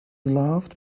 loved